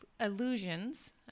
illusions